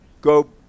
go